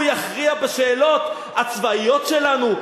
הוא יכריע בשאלות הצבאיות שלנו?